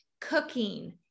cooking